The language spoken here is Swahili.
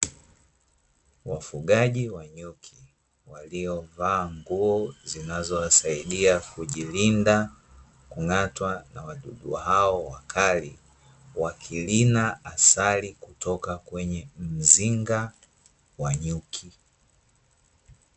Wafugaji wa nyuki waliovaa nguo zinazowasaidia kujilinda kung'atwa na wadudu hao wakali, wakirina asali kutoka kwenye mzinga wa nyuki.